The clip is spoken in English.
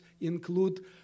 include